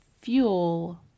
fuel